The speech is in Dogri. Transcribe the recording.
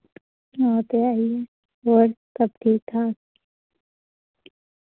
ओह् ते ऐ ही ऐ होर सब ठीक ठाक